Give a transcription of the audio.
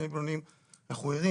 אנחנו ערים.